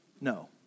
No